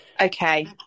Okay